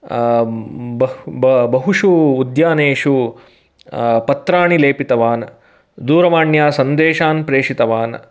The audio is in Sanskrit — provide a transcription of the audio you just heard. बह् ब बहुषु उद्यानेषु पत्राणि लेपितवान् दूरवाण्यां सन्देशान् प्रेषितवान्